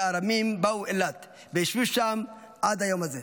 וארמים באו אילת וישבו שם עד היום הזה'."